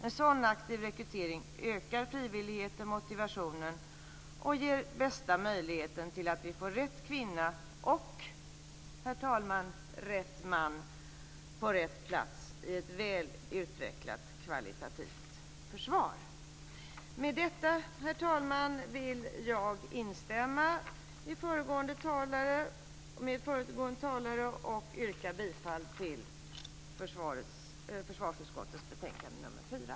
En sådan aktiv rekrytering ökar frivillighet och motivation och ger den bästa möjligheten till att vi får rätt kvinna och, herr talman, rätt man på rätt plats i ett väl utvecklat kvalitativt försvar. Herr talman! Med detta vill jag instämma med föregående talare och yrka bifall till hemställan i försvarsutskottets betänkande nr 4.